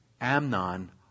Amnon